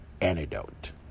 antidote